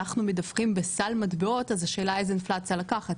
אנחנו מדווחים בסל מטבעות אז השאלה איזו אינפלציה לקחת?